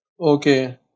Okay